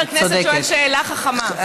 חבר הכנסת שואל שאלה חכמה.